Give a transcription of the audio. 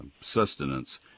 sustenance